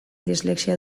dislexia